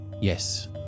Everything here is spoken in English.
Yes